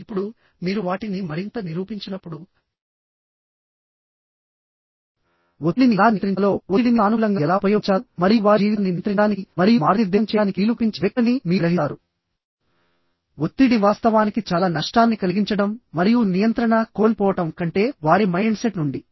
ఇప్పుడు మీరు వాటిని మరింత నిరూపించినప్పుడు ఒత్తిడిని ఎలా నియంత్రించాలో ఒత్తిడిని సానుకూలంగా ఎలా ఉపయోగించాలో మరియు వారి జీవితాన్ని నియంత్రించడానికి మరియు మార్గనిర్దేశం చేయడానికి వీలు కల్పించే వ్యక్తులని మీరు గ్రహిస్తారు ఒత్తిడి వాస్తవానికి చాలా నష్టాన్ని కలిగించడం మరియు నియంత్రణ కోల్పోవడం కంటే వారి మైండ్ సెట్ నుండి